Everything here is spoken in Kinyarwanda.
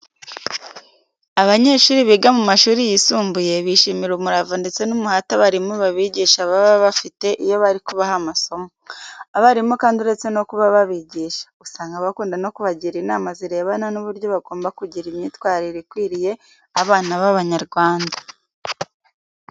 Abanyeshuri biga mu mashuri yisumbuye, bishimira umurava ndetse n'umuhate abarimu babigisha baba bafite iyo bari kubaha amasomo. Abarimu kandi uretse no kuba babigisha, usanga bakunda no kubagira inama zirebana n'uburyo bagomba kugira imyitwarire ikwiriye abana b'Abanyarwanda.